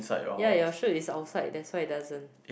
ya your shoe is outside that's why it doesn't